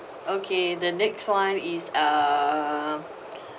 okay the next one is uh